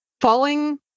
falling